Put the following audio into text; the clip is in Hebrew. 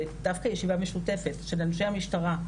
ודווקא ישיבה משותפת של אנשי המשטרה,